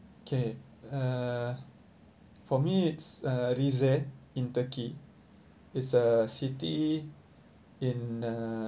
okay uh for me it's uh rize in turkey it's a city in uh